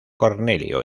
cornelio